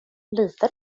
litar